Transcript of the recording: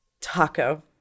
Taco